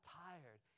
tired